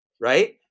right